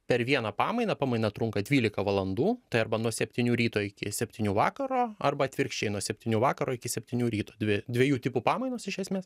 per vieną pamainą pamaina trunka dvylika valandų tai arba nuo septynių ryto iki septynių vakaro arba atvirkščiai nuo septynių vakaro iki septynių ryto dvi dviejų tipų pamainos iš esmės